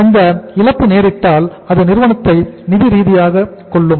அந்த இழப்பு நேரிட்டால் அது நிறுவனத்தை நிதி ரீதியாகக் கொல்லும்